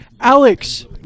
Alex